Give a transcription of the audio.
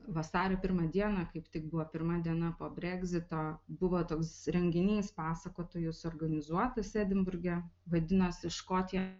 vasario pirmą dieną kaip tik buvo pirma diena po bregzito buvo toks renginys pasakotojų suorganizuotas edinburge vadinosi škotija